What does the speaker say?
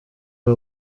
der